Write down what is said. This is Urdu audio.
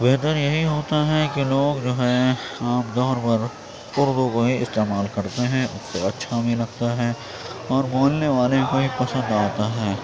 بہتر یہی ہوتا ہے کہ لوگ جو ہے عام طور پر اردو کو ہی استعمال کرتے ہیں اس سے اچھا بھی لگتا ہے اور بولنے والے کو بھی پسند آتا ہے